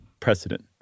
precedent